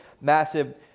massive